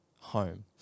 home